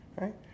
right